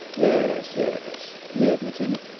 yes, yes! he admitted.